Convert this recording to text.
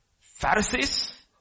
Pharisees